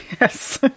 Yes